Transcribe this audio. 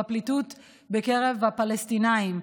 בפליטות בקרב הפלסטינים,